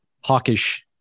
hawkish